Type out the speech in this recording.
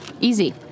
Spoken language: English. Easy